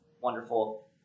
wonderful